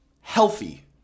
healthy